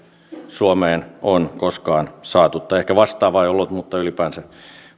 suomeen on koskaan saatu tai ehkä vastaavaa ei ole ollut mutta ylipäänsä